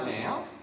now